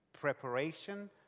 preparation